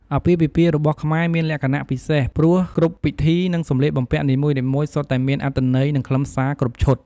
អាពាហ៍ពិពាហ៍របស់ខ្មែរមានលក្ខណៈពិសេស ព្រោះគ្រប់ពិធី និងសម្លៀកបំពាក់នីមួយៗសុទ្ធតែមានអត្ថន័យ និងខ្លឹមសារគ្រប់ឈុត។